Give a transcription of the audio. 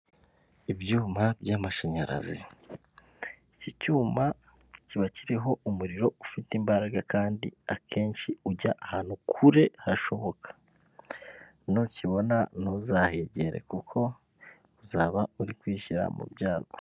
Ibyuma by'amashanyarazi, iki cyuma kiba kiriho umuriro ufite imbaraga kandi akenshi ujya ahantu kure hashoboka, ni ukibona ntuzahegere kuko uzaba uri kwishyira mu byago.